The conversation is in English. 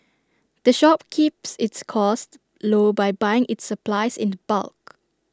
the shop keeps its costs low by buying its supplies in bulk